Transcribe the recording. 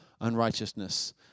unrighteousness